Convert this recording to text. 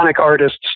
artists